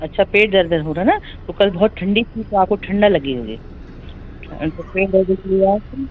अच्छा पेट दर्द हो रहा है न तो कल बहुत ठंडी थी तो आपको ठंडक लगी होगी अच्छा पेट दर्द इसलिए आख़िरी